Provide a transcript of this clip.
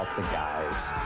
the guys.